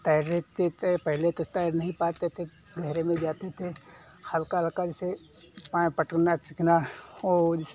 तैरते पहले तो तैर नहीं पाते थे गहरे में जाते थे हल्का हल्का जैसे पाँव पटकना सीखना और